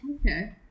Okay